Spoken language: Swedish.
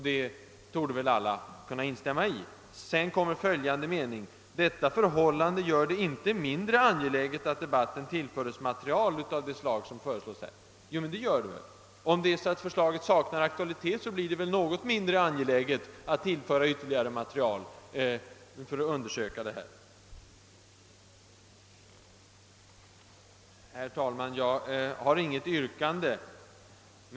Detta borde väl alla kunna instämma i. Därefter kommer följande mening: »Detta förhållande gör det inte mindre angeläget att debatten tillföres material» av det slag som föreslås här. Jo, det gör det väl. Om förslaget saknar aktualitet, blir det väl något mindre angeläget att tillföra debatten ytterligare material. Herr talman! Jag har inget yrkande.